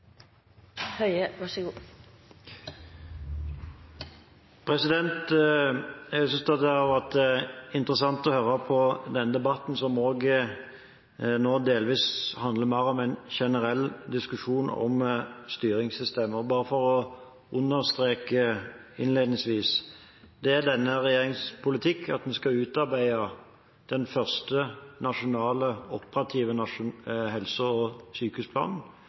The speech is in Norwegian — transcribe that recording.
Jeg synes at det har vært interessant å høre på denne debatten, som nå delvis er mer en generell diskusjon om styringssystemer. Jeg vil bare understreke innledningsvis at det er denne regjeringens politikk at vi skal utarbeide den første nasjonale, operative helse- og sykehusplanen,